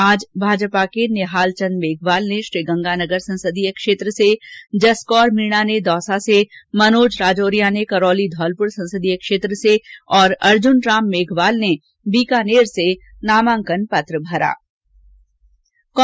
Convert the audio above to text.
आज भाजपा के निहाल चंद मेघवाल ने श्रीगंगानगर संसदीय क्षेत्र से जसकौर मीणा ने दौसा से मनोज राजौरिया ने करौली धौलपुर संसदीय क्षेत्र से तथा अर्जुन राम मेघवाल ने बीकानेर से नामांकन पत्र दाखिल किए